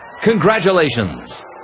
Congratulations